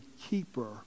keeper